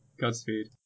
Godspeed